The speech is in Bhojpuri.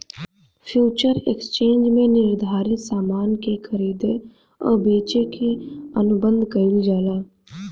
फ्यूचर एक्सचेंज में निर्धारित सामान के खरीदे आ बेचे के अनुबंध कईल जाला